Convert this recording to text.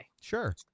Sure